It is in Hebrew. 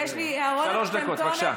שלוש דקות, בבקשה.